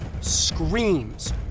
screams